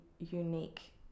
unique